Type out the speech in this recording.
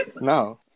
No